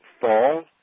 fall